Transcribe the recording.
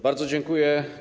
Bardzo dziękuję.